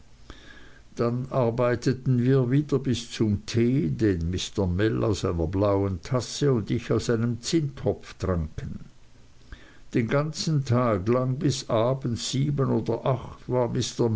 dann arbeiteten wir wieder bis zum tee den mr mell aus einer blauen tasse und ich aus einem zinntopf tranken den ganzen tag lang bis abends sieben oder acht war